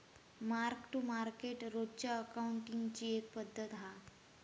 mark to market रोजच्या अकाउंटींगची एक पद्धत हा